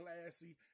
classy